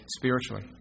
spiritually